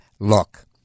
look